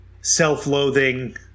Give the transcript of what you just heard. self-loathing